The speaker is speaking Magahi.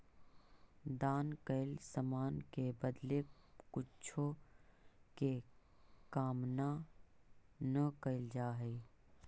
दान कैल समान के बदले कुछो के कामना न कैल जा हई